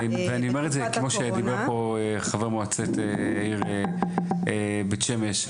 ואני אומר את זה כמו שדיבר פה חבר מועצת העיר בית שמש.